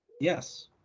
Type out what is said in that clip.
yes